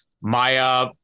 Maya